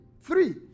Three